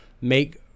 make